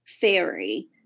theory